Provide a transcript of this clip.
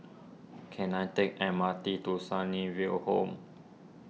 can I take M R T to Sunnyville Home